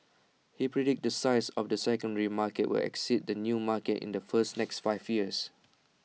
he predicts the size of the secondary market will exceed the new market in the first next five years